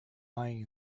lying